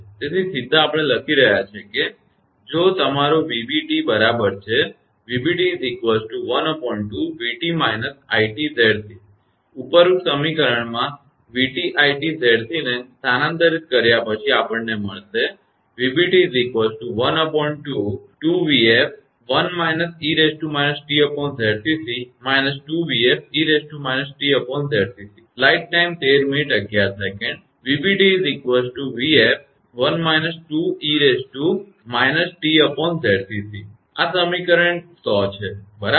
તેથી સીધા આપણે લખી રહ્યા છીએ કે જો તમારો 𝑣𝑏𝑡 બરાબર છે ઉપરોક્ત સમીકરણમાં 𝑣𝑡 𝑖𝑡𝑍𝑐 ને સ્થાનાંતરિત કર્યા પછી આપણને મળશે આ સમીકરણ 100 છે બરાબર